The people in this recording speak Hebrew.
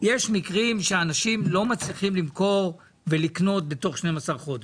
בהם אנשים לא מצליחים למכור ולקנות בתוך 12 חודשים.